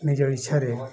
ନିଜ ଇଚ୍ଛାରେ